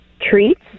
Treats